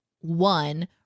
one